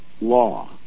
law